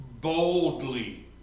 boldly